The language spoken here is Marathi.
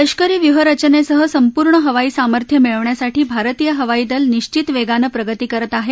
लष्करी व्यूहरचेनसह संपूर्ण हवाई सामर्थ्य मिळवण्यासाठी भारतीय हवाई दल निश्वित वेगानं प्रगती करत आहे